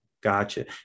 Gotcha